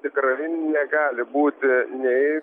tikrai negali būti nei